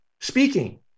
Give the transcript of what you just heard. speaking